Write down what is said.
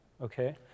Okay